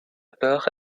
peur